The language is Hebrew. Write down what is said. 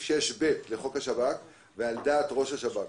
6(ב) לחוק השב"כ ועל דעת ראש השב"כ.